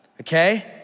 okay